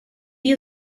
you